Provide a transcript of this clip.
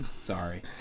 sorry